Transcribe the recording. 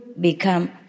become